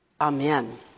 Amen